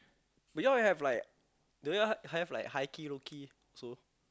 but you all already have like do you all have like high key low key so